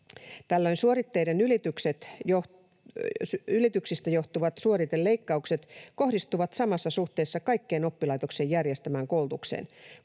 suoritteiden ylityksistä johtuvat suoriteleikkaukset kohdistuvat samassa suhteessa kaikkeen oppilaitoksen järjestämään koulutukseen.